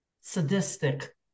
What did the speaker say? sadistic